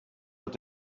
wird